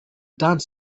dance